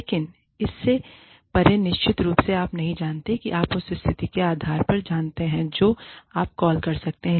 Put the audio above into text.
लेकिन इससे परे निश्चित रूप से आप नहीं जानते कि आप उस स्थिति के आधार पर जानते हैं जो आप कॉल कर सकते हैं